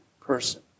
person